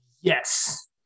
yes